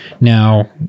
Now